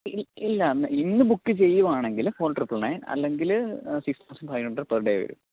ഇല്ല ഇന്ന് ബുക്ക് ചെയ്യുവാണെങ്കിൽ ഫോർ ട്രിപ്പിൾ നെയൺ അല്ലെങ്കിൽ six thousand five hundred per day വരും